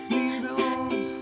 Needles